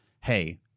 hey